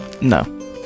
No